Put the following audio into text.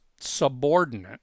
subordinate